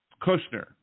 kushner